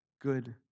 good